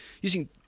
using